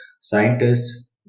scientists